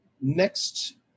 next